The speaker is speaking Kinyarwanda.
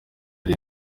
ari